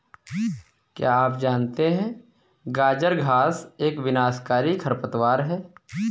क्या आप जानते है गाजर घास एक विनाशकारी खरपतवार है?